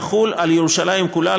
יחול על ירושלים כולה,